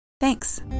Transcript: Thanks